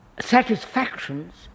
satisfactions